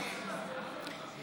כן.